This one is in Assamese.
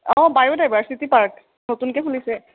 অ' বায়'ডাইভাৰ্চিটি পাৰ্ক নতুনকৈ খুলিছে